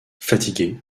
fatigué